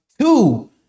Two